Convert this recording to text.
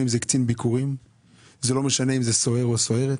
אם זה קצין ביקורים ולא משנה אם זה סוהר או סוהרת.